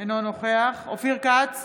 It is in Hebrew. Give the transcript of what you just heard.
אינו נוכח אופיר כץ,